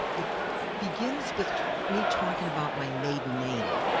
it begins with me talking about my maiden name.